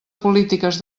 polítiques